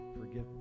Forgive